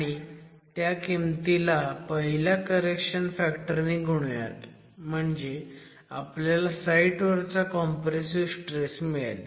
आणि त्या किमतीला पहिल्या करेक्शन फॅक्टर नी गुणूयात म्हणजे आपल्याला साईट वरचा कॉम्प्रेसिव्ह स्ट्रेस मिळेल